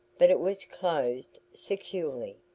but it was closed securely.